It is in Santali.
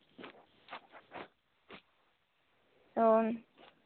ᱚ